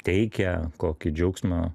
teikia kokį džiaugsmą